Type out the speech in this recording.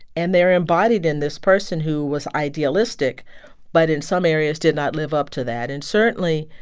and they're embodied in this person who was idealistic but, in some areas, did not live up to that. and certainly,